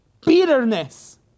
bitterness